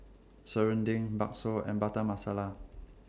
Serunding Bakso and Butter Masala